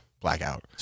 blackout